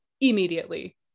immediately